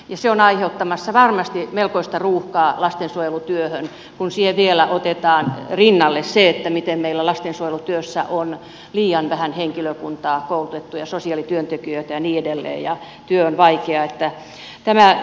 se on aiheuttamassa varmasti melkoista ruuhkaa lastensuojelutyöhön kun siihen vielä otetaan rinnalle se miten meillä lastensuojelutyössä on liian vähän henkilökuntaa koulutettuja sosiaalityöntekijöitä ja niin edelleen ja miten työ on vaikeaa